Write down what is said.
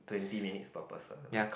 twenty minutes per person or some